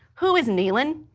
who is nehlen?